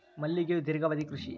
ಮಲ್ಲಿಗೆಯು ದೇರ್ಘಾವಧಿಯ ಕೃಷಿ